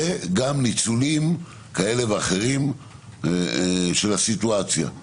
וגם ניצולים כאלה ואחרים של הסיטואציה.